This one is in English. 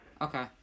Okay